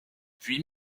puis